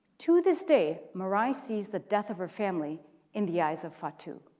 to this day, mari sees the death of her family in the eyes of fatu,